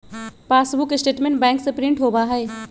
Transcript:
passbook statement bank से print होबा हई